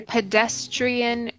Pedestrian